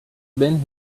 been